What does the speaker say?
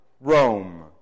Rome